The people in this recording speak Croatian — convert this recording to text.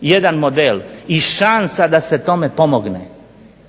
jedan model i šansa da se tome pomogne.